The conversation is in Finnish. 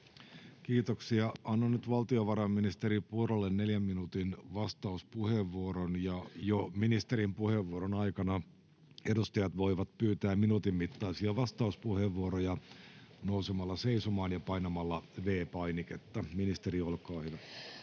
Kiitoksia. — Annan nyt valtiovarainministeri Purralle neljän minuutin vastauspuheenvuoron, ja jo ministerin puheenvuoron aikana edustajat voivat pyytää minuutin mittaisia vastauspuheenvuoroja nousemalla seisomaan ja painamalla V-painiketta. — Ministeri, olkaa hyvä.